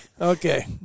Okay